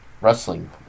wrestling